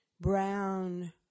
brown